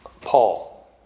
Paul